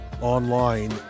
online